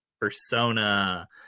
persona